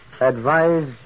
Advise